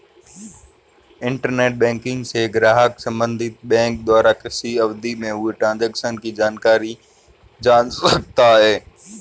internet banking से ग्राहक संबंधित बैंक द्वारा किसी अवधि में हुए ट्रांजेक्शन की जानकारी जान सकता है